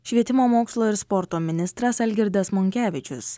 švietimo mokslo ir sporto ministras algirdas monkevičius